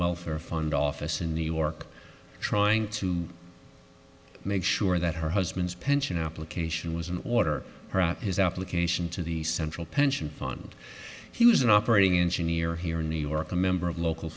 welfare fund office in new york trying to make sure that her husband's pension application was in order his application to the central pension fund he was an operating engine near here in new york a member of local